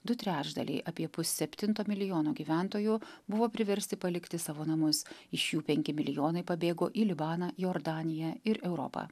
du trečdaliai apie pusseptinto milijono gyventojų buvo priversti palikti savo namus iš jų penki milijonai pabėgo į libaną jordaniją ir europą